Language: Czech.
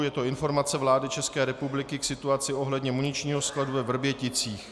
Je to Informace vlády České republiky k situaci ohledně muničního skladu ve Vrběticích.